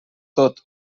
tot